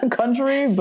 country